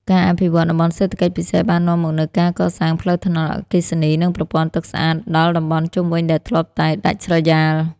ការអភិវឌ្ឍ តំបន់សេដ្ឋកិច្ចពិសេស បាននាំមកនូវការកសាងផ្លូវថ្នល់ អគ្គិសនី និងប្រព័ន្ធទឹកស្អាត ដល់តំបន់ជុំវិញដែលធ្លាប់តែដាច់ស្រយាល។